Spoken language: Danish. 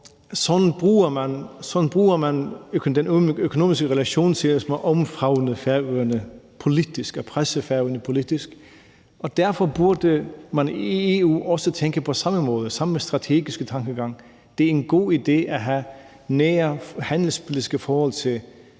Sådan bruger man den økonomiske relation til at omfavne Færøerne politisk, altså til at presse Færøerne politisk. Derfor burde man i EU også tænke på samme måde og have samme strategiske tankegang. Det er en god idé at have nære handelspolitiske forhold til